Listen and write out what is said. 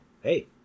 Hey